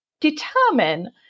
determine